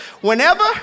Whenever